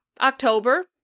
October